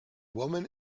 woman